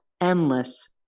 endless